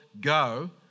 go